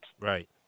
Right